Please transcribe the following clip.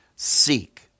seek